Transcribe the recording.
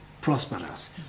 prosperous